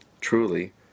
Truly